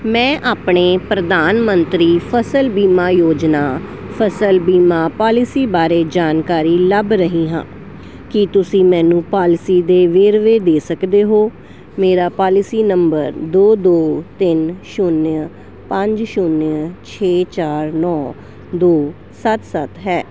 ਮੈਂ ਆਪਣੇ ਪ੍ਰਧਾਨ ਮੰਤਰੀ ਫਸਲ ਬੀਮਾ ਯੋਜਨਾ ਫਸਲ ਬੀਮਾ ਪਾਲਿਸੀ ਬਾਰੇ ਜਾਣਕਾਰੀ ਲੱਭ ਰਹੀ ਹਾਂ ਕੀ ਤੁਸੀਂ ਮੈਨੂੰ ਪਾਲਿਸੀ ਦੇ ਵੇਰਵੇ ਦੇ ਸਕਦੇ ਹੋ ਮੇਰਾ ਪਾਲਿਸੀ ਨੰਬਰ ਦੋ ਦੋ ਤਿੰਨ ਛੁਨਿਆ ਪੰਜ ਛੁਨਿਆ ਛੇ ਚਾਰ ਨੌਂ ਦੋ ਸੱਤ ਸੱਤ ਹੈ